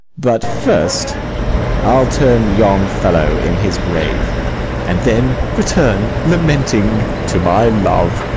but first i'll turn yon fellow in his grave and then return lamenting to my love